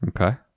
Okay